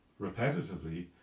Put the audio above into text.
repetitively